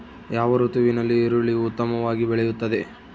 ಯಾವ ಋತುವಿನಲ್ಲಿ ಈರುಳ್ಳಿಯು ಉತ್ತಮವಾಗಿ ಬೆಳೆಯುತ್ತದೆ?